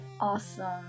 Awesome